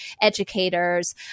educators